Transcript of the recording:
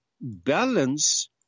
balance